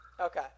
Okay